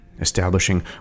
establishing